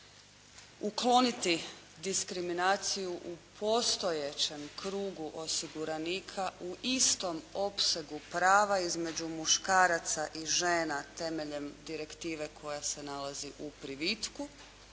Ukloniti diskriminaciju u postojećem krugu osiguranika u istom opsegu prava između muškaraca i žena temeljem direktive koja se nalazi u privitku